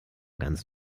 ganz